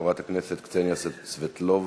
חברת הכנסת קסניה סבטלובה